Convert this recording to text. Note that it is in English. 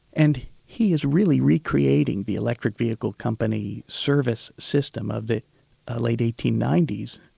and he is really recreating the electric vehicle company service system of the late eighteen ninety s.